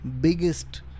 biggest